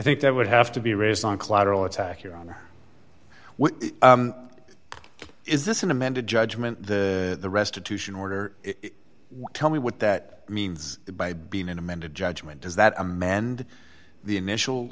think that would have to be raised on collateral attack your honor we is this an amended judgment to the restitution order tell me what that means by being in amended judgment does that amend the initial